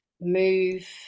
move